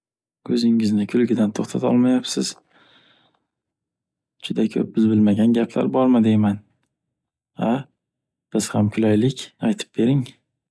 O’zingizni kulgidan to’xtata olmayapsiz. Juda ko’p biz bilmagan gaplar bormi deyman. A, biz ham kulaylik, aytib bering.